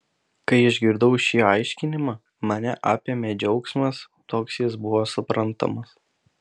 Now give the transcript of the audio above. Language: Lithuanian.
kai išgirdau šį aiškinimą mane apėmė džiaugsmas toks jis buvo suprantamas